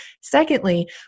Secondly